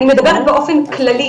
אני מדברת באופן כללי,